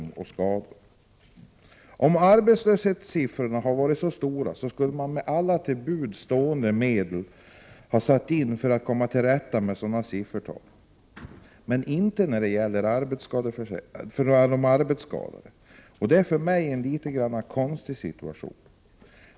Om det hade gällt arbetslöshetssiffrorna, skulle man ha tagit till alla till buds stående medel för att komma till rätta med dessa. Men så är det alltså inte när det gäller dem som skadats i arbetet. Den situationen tycker jag är något egendomlig.